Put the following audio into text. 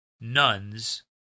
nuns